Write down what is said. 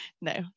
no